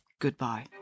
goodbye